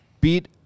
beat